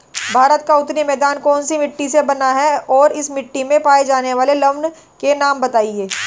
भारत का उत्तरी मैदान कौनसी मिट्टी से बना है और इस मिट्टी में पाए जाने वाले लवण के नाम बताइए?